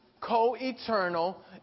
co-eternal